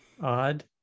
odd